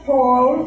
Paul